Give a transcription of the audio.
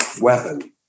weapon